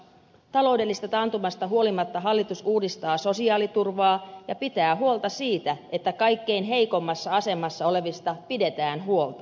taloudellisesta taantumasta huolimatta hallitus uudistaa sosiaaliturvaa ja pitää huolta siitä että kaikkein heikoimmassa asemassa olevista pidetään huolta